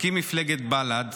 מקים מפלגת בל"ד,